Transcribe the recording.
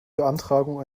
beantragung